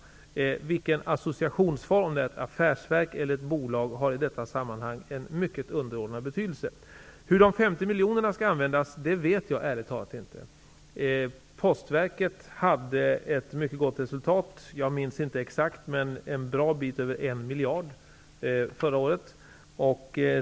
Vilken associationsform Posten har, om det är ett affärsverk eller ett bolag, har en mycket underordnad betydelse i detta sammanhang. Hur de 50 miljonerna skall användas vet jag ärligt talat inte. Postverket hade ett mycket gott resultat förra året. Jag minns inte exakt hur stort det var, men det var en bra bit över en miljard.